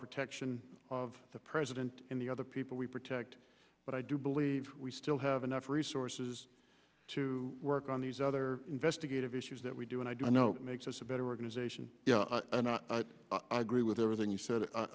protection of the president in the other people we protect but i do believe we still have enough resources to work on these other investigative issues that we do and i don't know makes us a better organization or not agree with everything you said i